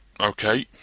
Okay